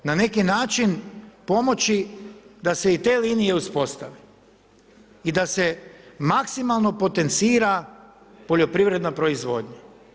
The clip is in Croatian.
Na neki način pomoći da se i te linije uspostave i da se maksimalno potencira poljoprivredna proizvodnja.